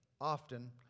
often